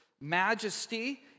majesty